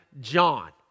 John